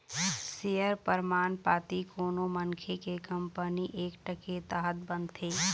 share परमान पाती कोनो मनखे के कंपनी एक्ट के तहत बनथे